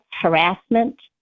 harassment